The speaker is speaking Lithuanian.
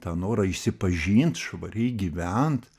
tą norą išsipažint švariai gyvent